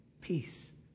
peace